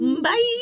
Bye